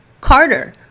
Carter